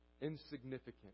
insignificant